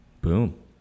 Boom